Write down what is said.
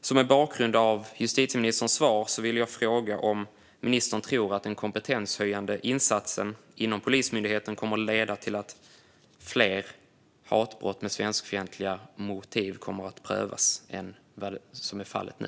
Mot bakgrund av justitieministerns svar vill jag fråga om ministern tror att den kompetenshöjande insatsen inom Polismyndigheten kommer att leda till att fler hatbrott med svenskfientliga motiv kommer att prövas än vad som är fallet nu.